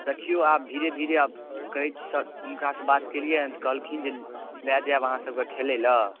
दखिऔ आब धीरे धीरे आब कहै सर हुनका सऽ बात केलियै हँ कहलखिन जे लए जाएब अहाँ सबके खेलै लए